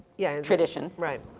yeah. tradition. right.